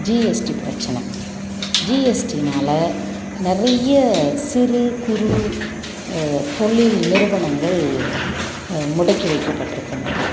GST பிரச்சனை ஜிஎஸ்டினால நிறைய சிறு குறு தொழில் நிறுவனங்கள் முடக்கி வைக்கபட்டுருக்கின்றன